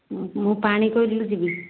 ମୁଁ ମୁଁ ପାଣିକୋଇଲିରୁ ଯିବି